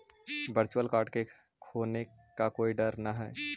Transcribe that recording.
virtual card के खोने का कोई डर न हई